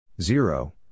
zero